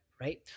Right